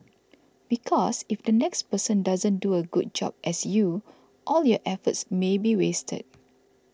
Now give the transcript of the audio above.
because if the next person doesn't do a good job as you all your efforts may be wasted